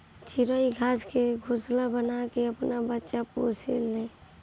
चिरई घास से घोंसला बना के आपन बच्चा पोसे ले